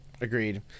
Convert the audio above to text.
Agreed